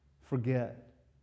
forget